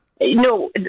No